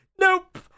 Nope